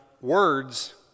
words